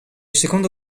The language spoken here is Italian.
secondo